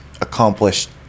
accomplished